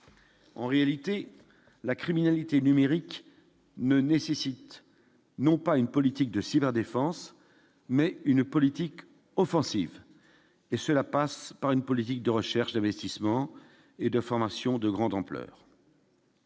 en réalité, la criminalité numérique ne nécessite non pas une politique de défense, mais une politique offensive et cela passe par une politique de recherche d'investissements et de formation de grande ampleur.